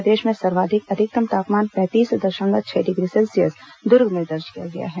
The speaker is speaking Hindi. प्रदेश में सर्वाधिक अधिकतम तापमान पैंतीस दशमलव छह डिग्री सेल्सियस दुर्ग में दर्ज किया गया है